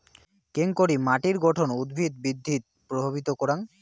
কেঙকরি মাটির গঠন উদ্ভিদ বৃদ্ধিত প্রভাবিত করাং?